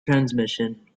transmission